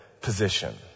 position